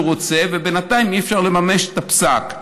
רוצה ובינתיים אי-אפשר לממש את הפסק.